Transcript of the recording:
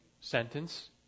sentence